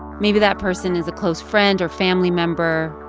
maybe that person is a close friend or family member,